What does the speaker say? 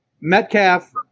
Metcalf